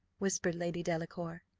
whispered lady delacour,